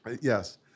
Yes